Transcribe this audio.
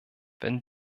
wenn